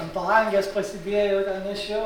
ant palangės pasidėjau ten nešiau